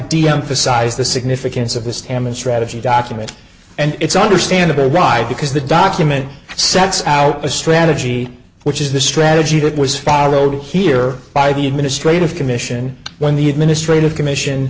deemphasize the significance of this damage strategy document and it's understandable right because the document sets out a strategy which is the strategy that was followed here by the administrative commission when the administrative commission